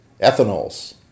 ethanols